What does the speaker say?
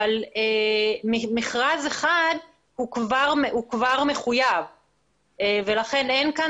אבל מכרז אחד הוא כבר מחויב ולכן אין כאן